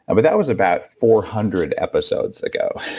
ah but that was about four hundred episodes ago